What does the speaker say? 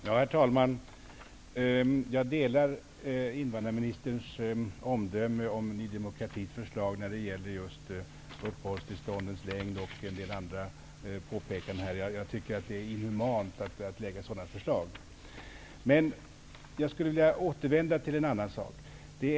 Herr talman! Jag delar invandrarministerns uppfattning om Ny demokratis förslag när det gäller just uppehållstillståndens längd och en del andra påpekanden som gjorts här. Det är inhumant att lägga fram sådana förslag. Jag skulle vilja återvända till en annan fråga.